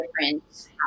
different